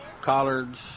collards